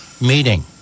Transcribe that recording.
meeting